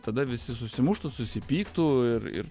tada visi susimuštų susipyktų ir ir